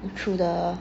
through the